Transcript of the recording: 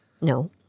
No